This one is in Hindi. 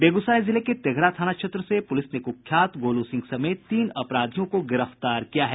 बेगूसराय जिले के तेघड़ा थाना क्षेत्र से पुलिस ने कुख्यात गोलू सिंह समेत तीन अपराधियों को गिरफ्तार किया है